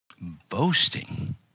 Boasting